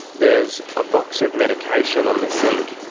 there's a box of medication on the sink.